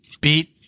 beat